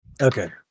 Okay